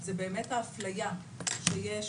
זה באמת האפליה שיש